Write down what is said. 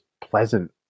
pleasant